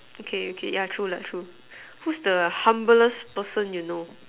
okay okay ya true ya true who's the humblest person you know